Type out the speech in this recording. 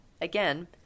Again